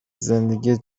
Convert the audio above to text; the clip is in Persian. زندگی